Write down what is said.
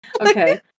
Okay